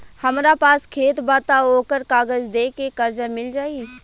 हमरा पास खेत बा त ओकर कागज दे के कर्जा मिल जाई?